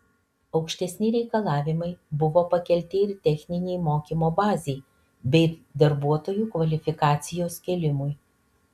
aukštesni reikalavimai buvo pakelti ir techninei mokymo bazei bei darbuotojų kvalifikacijos kėlimui